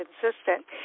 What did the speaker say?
consistent